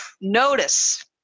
notice